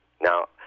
Now